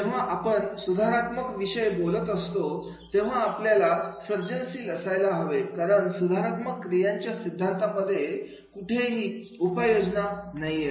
जेव्हा आपण सुधारात्मक विषय बोलत असतो तेव्हा आपल्याला सर्जनशील असायला हवे कारण सुधारात्मक क्रियांच्या सिद्धांतांमध्ये कुठे ही उपाययोजना नाहीत